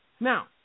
Now